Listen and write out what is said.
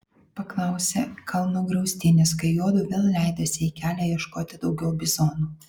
paklausė kalno griaustinis kai juodu vėl leidosi į kelią ieškoti daugiau bizonų